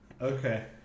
Okay